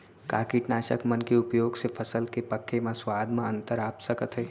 का कीटनाशक मन के उपयोग से फसल के पके म स्वाद म अंतर आप सकत हे?